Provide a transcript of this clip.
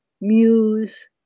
Muse